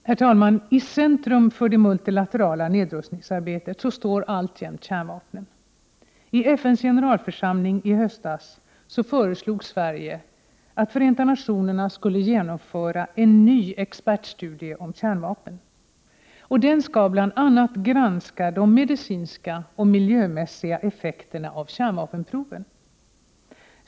Herr talman! I centrum för det multilaterala nedrustningsarbetet står alltjämt kärnvapnen. I FN:s generalförsamling i höstas föreslog Sverige att Förenta nationerna skulle genomföra en ny expertstudie om kärnvapen. Den skall bl.a. granska de medicinska och miljömässiga effekterna av kärnvapenproven.